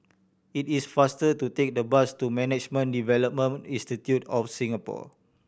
it is faster to take the bus to Management Development Institute of Singapore